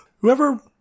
whoever